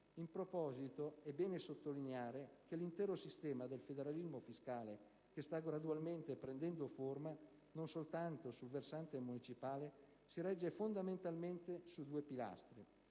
In proposito, è bene sottolineare che l'intero sistema di federalismo fiscale che sta gradualmente prendendo forma, non soltanto sul versante municipale, si regge fondamentalmente su due pilastri.